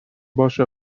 باشه